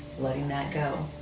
letting that go.